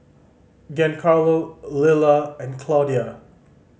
Giancarlo Lilla and Claudia